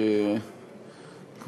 תודה רבה,